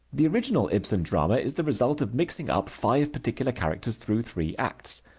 the original ibsen drama is the result of mixing up five particular characters through three acts.